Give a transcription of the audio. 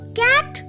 cat